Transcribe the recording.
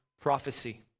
prophecy